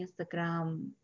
Instagram